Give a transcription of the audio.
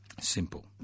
Simple